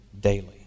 daily